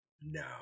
No